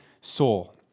soul